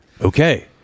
Okay